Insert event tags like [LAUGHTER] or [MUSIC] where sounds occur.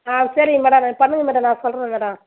ஆ சரிங்க மேடம் நான் [UNINTELLIGIBLE] நான் சொல்கிறேன் மேடம்